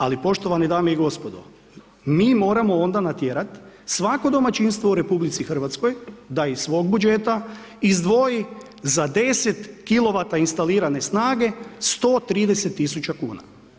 Ali, poštovane dame i gospodo, mi moramo onda natjerati, svako domaćinstvo u RH, da iz svog budžeta izdvoji za 10 kilovata instalirane snage, 130000 kuna.